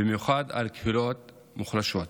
במיוחד על קהילות מוחלשות.